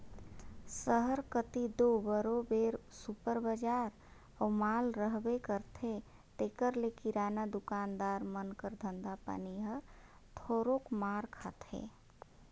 सहर कती दो बरोबेर सुपर बजार अउ माल रहबे करथे तेकर ले किराना दुकानदार मन कर धंधा पानी हर थोरोक मार खाथे